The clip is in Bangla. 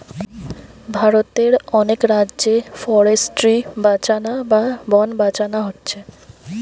ভারতের অনেক রাজ্যে ফরেস্ট্রি বাঁচানা বা বন বাঁচানা হচ্ছে